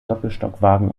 doppelstockwagen